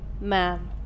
ma'am